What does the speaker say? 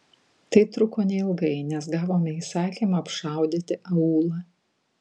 tai truko neilgai nes gavome įsakymą apšaudyti aūlą